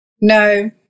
No